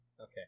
Okay